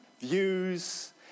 views